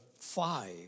five